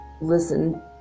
listen